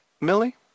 Millie